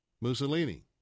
Mussolini